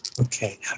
Okay